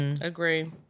Agree